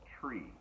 tree